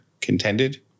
contended